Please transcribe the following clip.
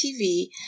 TV